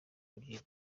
ijambo